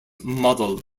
model